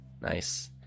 Nice